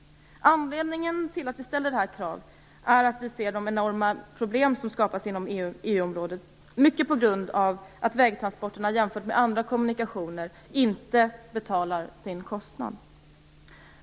Anledningen till att vi i Vänsterpartiet ställer detta krav är att vi ser de enorma problem som skapas inom EU området, mycket på grund av att vägtransporterna jämfört med andra kommunikationer inte betalar sin kostnad.